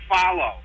follow